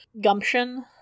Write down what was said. gumption